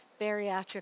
bariatric